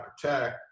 protect